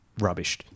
rubbished